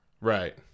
Right